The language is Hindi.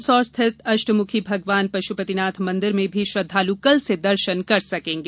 मंदसौर स्थित अष्टमुखी भगवान पशुपतिनाथ मंदिर में भी श्रद्दालु कल से दर्शन कर सकेंगे